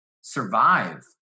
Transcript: survive